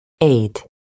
Eight